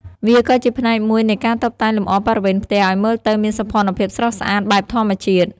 វាក៏ជាផ្នែកមួយនៃការតុបតែងលម្អបរិវេណផ្ទះឱ្យមើលទៅមានសោភ័ណភាពស្រស់ស្អាតបែបធម្មជាតិ។